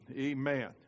Amen